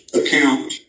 account